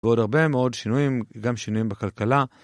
ועוד הרבה מאוד שינויים, גם שינויים בכלכלה.